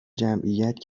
جمعیت